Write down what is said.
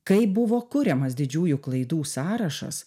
kai buvo kuriamas didžiųjų klaidų sąrašas